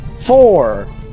Four